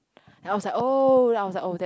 then I was oh then I was like oh that's